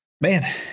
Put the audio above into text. Man